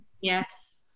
Yes